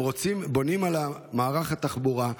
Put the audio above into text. הם בונים על מערך התחבורה,